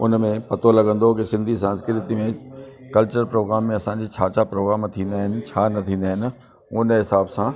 उनमें पतो लॻंदो कि सिंधी संस्कृति में कल्चर में असांजा छा छा प्रोग्राम थींदा आहिनि छा म थींदा आहिनि उन हिसाब सां